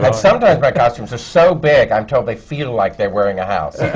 but sometimes my costumes are so big, i'm told, they feel like they're wearing a house.